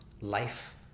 life